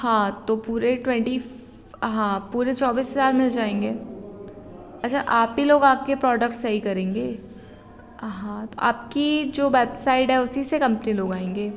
हाँ तो पूरे ट्वेंटी हाँ पूरे चौबीस हज़ार मिल जाएँगे अच्छा आपी लोग आ कर प्रोडक्ट सही करेंगे हाँ तो आपकी जो वेबसाइड है उसी से कम्पनी लोग आएँगे